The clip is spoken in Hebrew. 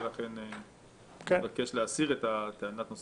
ולכן אני מבקש להסיר את טענת נושא